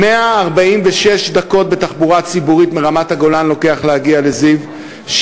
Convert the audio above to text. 146 דקות בתחבורה ציבורית מרמת-הגולן לוקח להגיע לזיו,